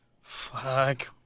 Fuck